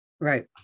Right